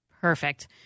Perfect